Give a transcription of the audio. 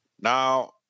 Now